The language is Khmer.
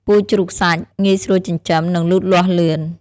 ពូជជ្រូកសាច់ ងាយស្រួលចិញ្ចឹម និងលូតលាស់លឿន។